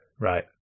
Right